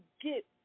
get